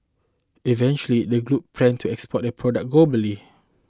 eventually the group plans to export products globally